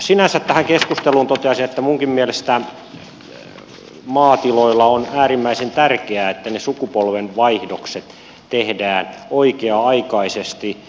sinänsä tähän keskusteluun toteaisin että minunkin mielestäni on äärimmäisen tärkeää että maatiloilla ne sukupolvenvaihdokset tehdään oikea aikaisesti